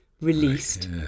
released